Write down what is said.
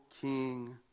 king